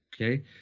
okay